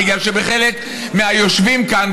בגלל שאצל חלק מהיושבים כאן,